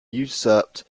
usurped